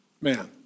man